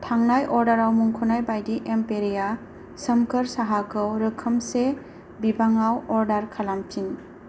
थांनाय अर्डाराव मुंख'नाय बायदि एम्पेरिया सोमखोर साहाखौ रोखोमसे बिबाङाव अर्डार खालामफिन